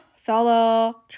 fellow